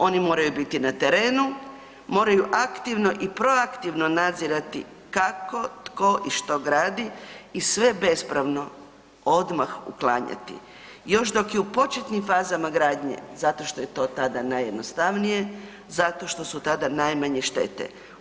Oni moraju biti na terenu, moraju aktivno i proaktivno nadzirati kako tko i što gradi i sve bespravno, odmah uklanjati, još dok je u početnim fazama gradnje, zato što je to tada najjednostavnije, zato što su tada najmanje štete.